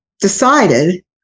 decided